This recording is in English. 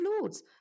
Lords